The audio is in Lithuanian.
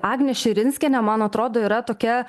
agnė širinskienė man atrodo yra tokia